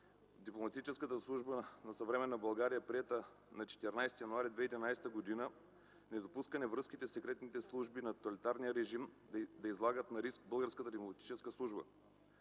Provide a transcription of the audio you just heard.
дипломатическата служба на съвременна България, приета на 14 януари 2011 г. – за недопускане връзките със секретните служби на тоталитарния режим да излагат на риск българската дипломатическа служба.